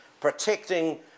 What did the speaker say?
protecting